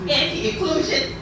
anti-inclusion